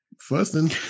fussing